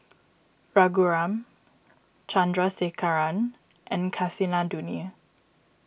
Raghuram Chandrasekaran and Kasinadhuni